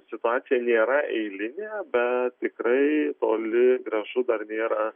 situacija nėra eilinė bet tikrai toli gražu dar nėra